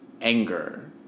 anger